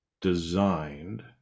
designed